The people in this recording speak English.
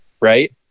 right